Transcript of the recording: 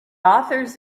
authors